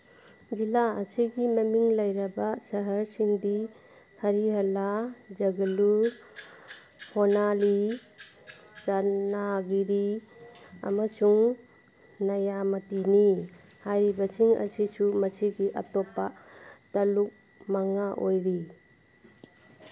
ꯖꯤꯂꯥ ꯑꯁꯤꯒꯤ ꯃꯃꯤꯡ ꯂꯩꯔꯕ ꯁꯍꯔꯁꯤꯡꯗꯤ ꯍꯔꯤꯍꯔꯥ ꯖꯒꯥꯂꯨꯔ ꯍꯣꯅꯥꯂꯤ ꯆꯟꯅꯥꯒꯤꯔꯤ ꯑꯃꯁꯨꯡ ꯅ꯭ꯌꯥꯃꯥꯇꯤꯅꯤ ꯍꯥꯏꯔꯤꯕꯁꯤꯡ ꯑꯁꯤꯁꯨ ꯃꯁꯤꯒꯤ ꯑꯇꯣꯞꯄ ꯇꯂꯨꯛ ꯃꯉꯥ ꯑꯣꯏꯔꯤ